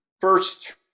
first